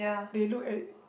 they look at